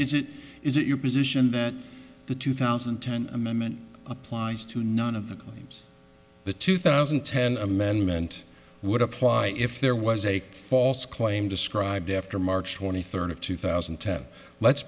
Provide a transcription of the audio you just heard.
is it is it your position that the two thousand and ten amendment applies to none of the things the two thousand and ten amendment would apply if there was a false claim described after march twenty third of two thousand and ten let's